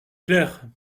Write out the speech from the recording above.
clair